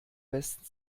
besten